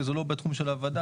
שזה לא בתחום של הוועדה.